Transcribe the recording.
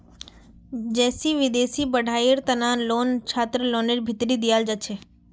जैसे विदेशी पढ़ाईयेर तना लोन छात्रलोनर भीतरी दियाल जाछे